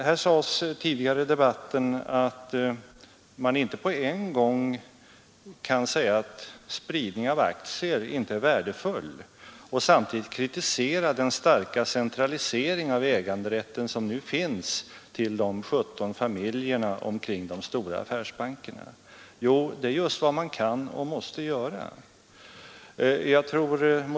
Herr Burenstam Linder —S-5 sade tidigare i debatten att man inte på en gång kan säga att spridning av Allmänna pensions aktier inte är värdefull och samtidigt kritisera den starka centralisering fondens förvaltning, m.m. som nu förekommer av äganderätten till de 17 familjerna omkring de stora affärsbankerna. Jo, det är just vad man kan och måste göra.